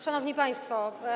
Szanowni Państwo!